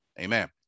Amen